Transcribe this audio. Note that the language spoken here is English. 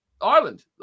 Ireland